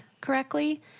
correctly